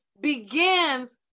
begins